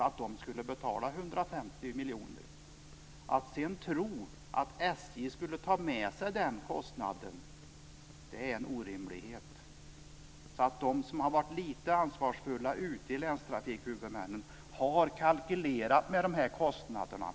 Att sedan tro att SJ skulle ta med sig den kostnaden är orimligt. De bland länstrafikhuvudmännen som har varit lite ansvarsfulla har kalkylerat med dessa kostnader.